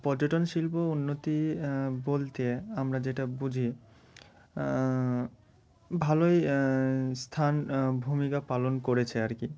পর্যটন শিল্প উন্নতি বলতে আমরা যেটা বুঝি ভালোই স্থান ভূমিকা পালন করেছে আর কি